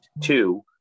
Two